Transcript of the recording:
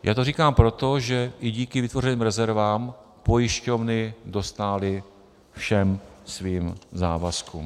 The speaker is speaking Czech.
Já to říkám proto, že i díky vytvořeným rezervám pojišťovny dostály všem svým závazkům.